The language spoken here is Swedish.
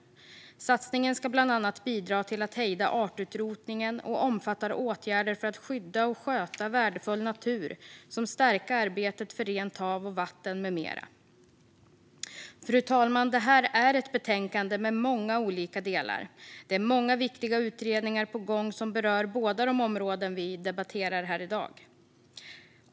Satsningen ska bland annat bidra till att hejda artutrotningen och omfattar åtgärder för att skydda och sköta värdefull natur samt stärka arbetet för rent hav och vatten med mera. Fru talman! Det här är ett betänkande med många olika delar. Det är många viktiga utredningar på gång som berör båda de områden vi debatterar här i dag.